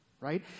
right